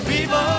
Viva